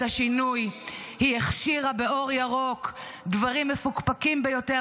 השינוי היא הכשירה באור ירוק דברים מפוקפקים ביותר,